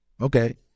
Okay